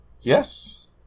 Yes